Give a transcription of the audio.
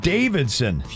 Davidson